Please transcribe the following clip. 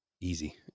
Easy